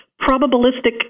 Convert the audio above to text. probabilistic